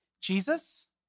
Jesus